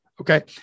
okay